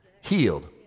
healed